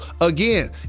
again